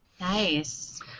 Nice